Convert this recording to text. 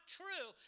true